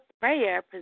Prayer